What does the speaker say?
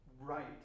right